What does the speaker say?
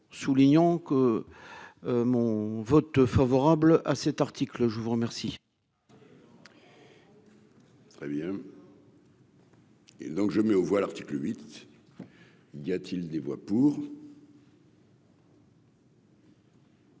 soulignant que mon vote favorable à cet article, je vous remercie. Très bien. Et donc je mets aux voix, l'article 8 il y a-t-il des voix pour.